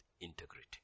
integrity